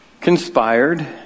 conspired